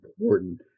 important